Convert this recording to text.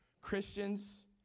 Christians